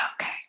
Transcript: Okay